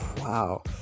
wow